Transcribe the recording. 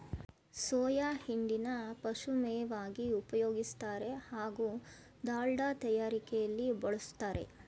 soya ಹಿಂಡಿನ ಪಶುಮೇವಾಗಿ ಉಪಯೋಗಿಸ್ತಾರೆ ಹಾಗೂ ದಾಲ್ಡ ತಯಾರಿಕೆಲಿ ಬಳುಸ್ತಾರೆ